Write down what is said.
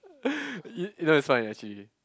you you know it's fine actually